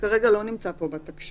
כרגע זה לא נמצא בתקש"ח,